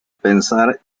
pensar